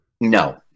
No